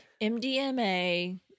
MDMA